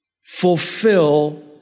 fulfill